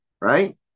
right